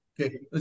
Okay